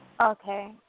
Okay